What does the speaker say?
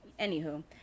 anywho